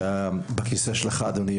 כשהיה בכיסא שלך אדוני,